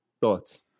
Thoughts